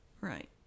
right